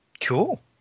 cool